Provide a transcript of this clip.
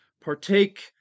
partake